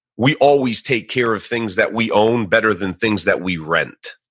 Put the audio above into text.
we always take care of things that we own better than things that we rent.